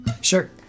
Sure